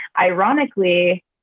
ironically